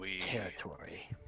Territory